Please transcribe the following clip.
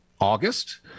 august